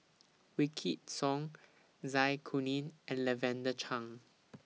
Wykidd Song Zai Kuning and Lavender Chang